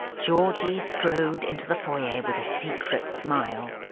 georgie strode into the foyer with a secret smile,